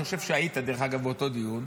אני חושב שהיית, דרך אגב, באותו דיון.